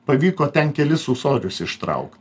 pavyko ten kelis ūsorius ištraukt